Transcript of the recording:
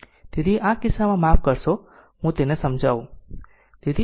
તેથી આ કિસ્સામાં માફ કરશો મને તે સમજાવું